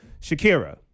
Shakira